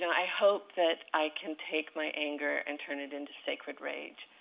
i hope that i can take my anger and turn it into sacred rage.